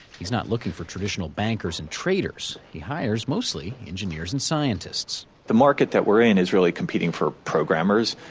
he's not looking for traditional bankers and traders. he hires mostly engineers and scientists the market that we're in is really competing for programmers,